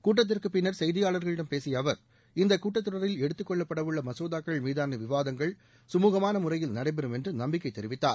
கூட்டத்திற்குப்பின்னர் செய்தியாளர்களிடம் பேசிய கூட்டத்தொடரில் இந்த எடுத்துக்கொள்ளப்படவுள்ள மசோதாக்கள் மீதான விவாதங்கள் கமூகமான முறையில் நடைபெறும் என்று நம்பிக்கை தெரிவித்தார்